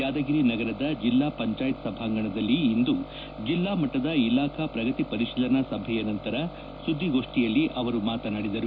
ಯಾದಗಿರಿ ನಗರದ ಜಿಲ್ಲಾ ಪಂಚಾಯಿತಿ ಸಭಾಂಗಣದಲ್ಲಿ ಇಂದು ಜಿಲ್ಲಾ ಮಟ್ಟದ ಇಲಾಖಾ ಪ್ರಗತಿ ಪರಿಶೀಲನಾ ಸಭೆಯ ನಂತರ ಸುದ್ದಿಗೋಷ್ಟಿಯಲ್ಲಿ ಅವರು ಮಾತನಾಡಿದರು